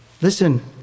Listen